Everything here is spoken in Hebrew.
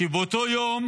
כשבאותו יום